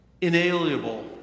inalienable